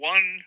One